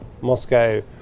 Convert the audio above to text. Moscow